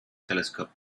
telescope